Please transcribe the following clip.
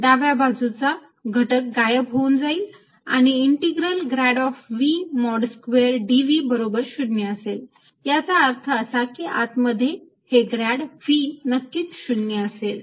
डाव्या बाजूचा घटक गायब होऊन जाईल आणि integral grad of V mod square dv बरोबर 0 असेल याचा अर्थ असा की आत मध्ये हे ग्रॅड V नक्कीच 0 असेल